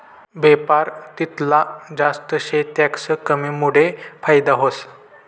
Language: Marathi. बेपार तितला जास्त शे टैक्स कमीमुडे फायदा व्हस